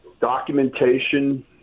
documentation